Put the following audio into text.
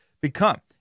become